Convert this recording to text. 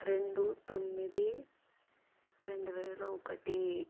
రెండు తొమ్మిది రెండువేల ఒకటి